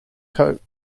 coat